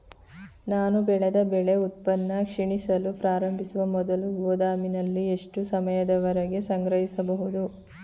ನಾನು ಬೆಳೆದ ಬೆಳೆ ಉತ್ಪನ್ನ ಕ್ಷೀಣಿಸಲು ಪ್ರಾರಂಭಿಸುವ ಮೊದಲು ಗೋದಾಮಿನಲ್ಲಿ ಎಷ್ಟು ಸಮಯದವರೆಗೆ ಸಂಗ್ರಹಿಸಬಹುದು?